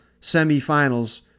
semifinals